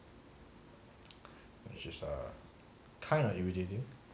which is err kind of irritating